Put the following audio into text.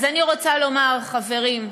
אז אני רוצה לומר, חברים,